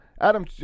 Adam